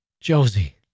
Josie